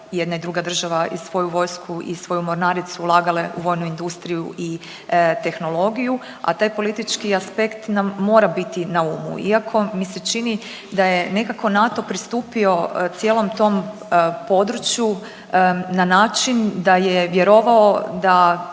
jedna i druga država i svoju vojsku i svoju mornaricu, ulagale u vojnu industriju i tehnologiju. A taj politički aspekt nam mora biti na umu iako mi se čini da je nekako NATO pristupio cijelom tom području na način da je vjerovao da